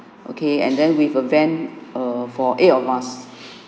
okay and then with a van err for eight of us